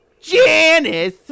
Janice